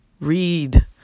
read